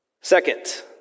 Second